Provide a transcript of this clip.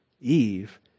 Eve